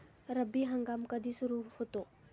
रब्बी हंगाम कधी सुरू होतो?